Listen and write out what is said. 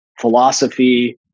philosophy